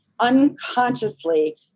unconsciously